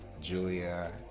Julia